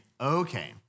okay